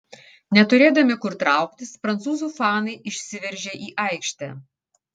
neturėdami kur trauktis prancūzų fanai išsiveržė į aikštę